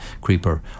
creeper